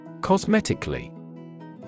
Cosmetically